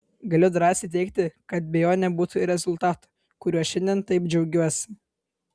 galiu drąsiai teigti kad be jo nebūtų ir rezultato kuriuo šiandien taip džiaugiuosi